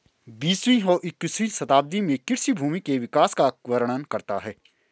बीसवीं और इक्कीसवीं शताब्दी में कृषि भूमि के विकास का वर्णन करता है